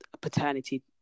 paternity